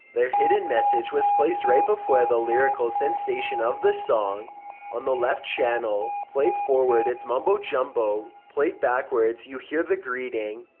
their hidden message was placed right before the lyrical so and section of the song on the left channel. played forward, it's mumbo jumbo. played backward, you hear the greeting,